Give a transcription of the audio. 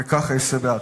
וכך אעשה בעתיד.